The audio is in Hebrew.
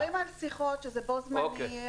שבה מפורטים חריגים.